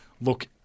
look